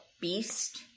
beast